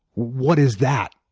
what is that?